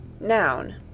Noun